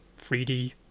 3D